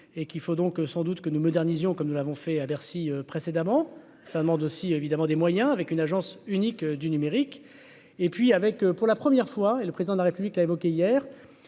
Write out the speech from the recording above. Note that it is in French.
et qu'il faut donc sans doute que nous modernisons comme nous l'avons fait à Bercy précédemment, ça demande aussi évidemment des moyens avec une agence unique du numérique et puis, avec pour la première fois, et le président de la République l'a évoqué, hier,